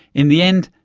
in the end,